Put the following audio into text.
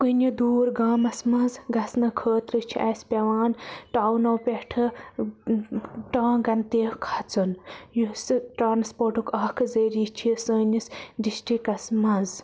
کُنہِ دوٗر گامَس منٛز گَژھنہٕ خٲطرٕ چھِ اسہِ پیوان ٹاونو پیٹھٕ ٹاںٛگَن تہِ کھَژُن یُس ٹرٛانَسپورٹُک اکھ ذٔریعہٕ چھِ سٲنِس ڈِسٹِرکَس منٛز